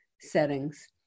settings